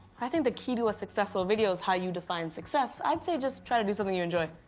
i think the key to a successful video is how you define success. i'd say just try to do something you enjoy.